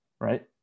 right